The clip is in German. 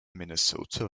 minnesota